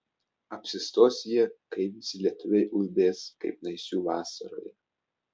apsistos jie kai visi lietuviai ulbės kaip naisių vasaroje